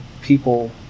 people